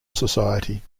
society